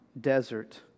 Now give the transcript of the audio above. desert